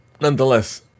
nonetheless